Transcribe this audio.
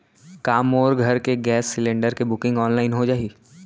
का मोर घर के गैस सिलेंडर के बुकिंग ऑनलाइन हो जाही?